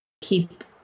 keep